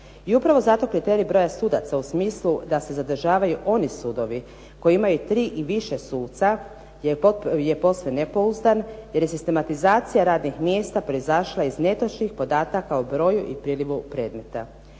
I upravo zato kriterij broja sudaca u smislu da se zadržavaju oni sudovi koji imaju tri i više suca je posve nepouzdan, jer je sistematizacija radnih mjesta proizašla iz netočnih podataka o broju i prilivu predmeta.